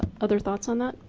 other thoughts on that?